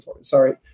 Sorry